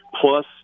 Plus